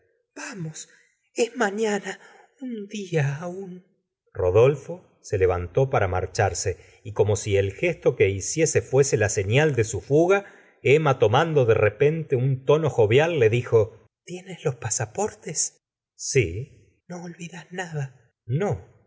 vamos es mañana un dia aún rodolfo se levantó para marcharse y como si el gesto que hizo fuese la señal de su fuga emma tomando de repente un tono jovial le dijo tienes los pasaportes si no olvidas nada no